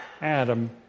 Adam